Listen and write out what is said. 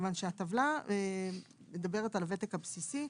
כיוון שהטבלה מדברת על הוותק הבסיסי.